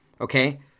Okay